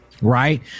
Right